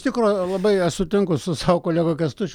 tikro labai aš sutinku su savo kolega kęstučiu